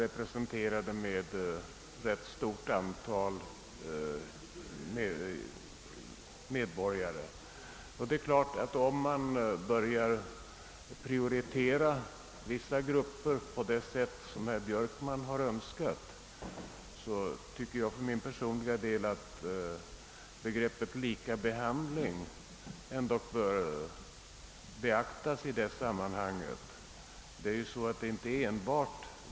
Herr Björkman vill nu prioritera några av dem, men jag anser att alla i detta fall skall behandlas lika.